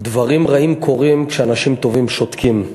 דברים רעים קורים כשאנשים טובים שותקים.